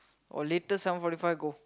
or latest seven fourty five go